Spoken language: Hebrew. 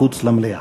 מחוץ למליאה.